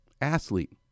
athlete